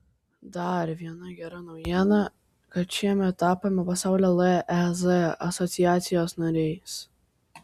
dar viena gera naujiena kad šiemet tapome pasaulio lez asociacijos nariais